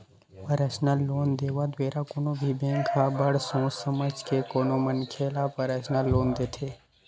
personal loan देवत बेरा कोनो भी बेंक ह बड़ सोच समझ के कोनो मनखे ल परसनल लोन देथे